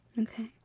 okay